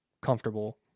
comfortable